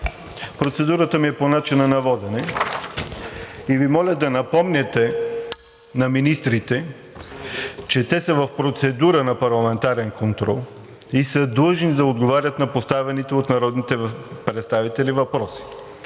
Процедурата ми е по начина на водене. Моля Ви да напомняте на министрите, че те са в процедура на парламентарен контрол и са длъжни да отговарят на поставените от народните представители въпроси.